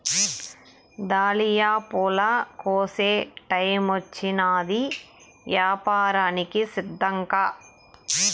dahlia పూల కోసే టైమొచ్చినాది, యాపారానికి సిద్ధంకా